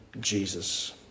Jesus